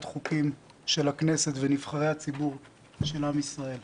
חוקים של הכנסת ונבחרי הציבור של עם ישראל.